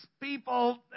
people